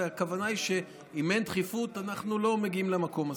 והכוונה היא שאם אין דחיפות אנחנו לא מגיעים למקום הזה.